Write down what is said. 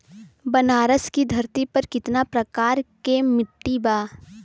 बनारस की धरती पर कितना प्रकार के मिट्टी बा?